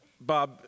Bob